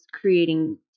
creating